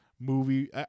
Movie